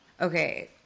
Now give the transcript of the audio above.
Okay